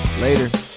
Later